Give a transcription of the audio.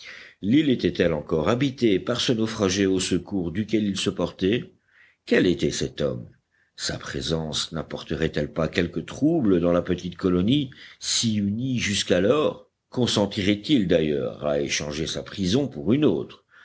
l'île était-elle encore habitée par ce naufragé au secours duquel ils se portaient quel était cet homme sa présence napporterait elle pas quelque trouble dans la petite colonie si unie jusqu'alors consentirait il d'ailleurs à échanger sa prison pour une autre